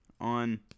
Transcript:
on